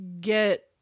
get